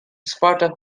sparta